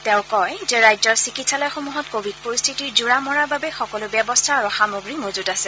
তেওঁ কয় যে ৰাজ্যৰ চিকিৎসালয়সমূহত কোৱিড পৰিস্থিতিৰ জোৰা মৰাৰ বাবে সকলো ব্যৱস্থা আৰু সামগ্ৰী মজুত আছে